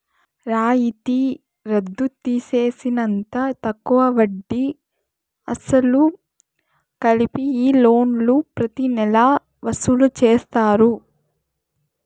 రాయితీ రద్దు తీసేసినంత తక్కువ వడ్డీ, అసలు కలిపి ఈ లోన్లు ప్రతి నెలా వసూలు చేస్తారు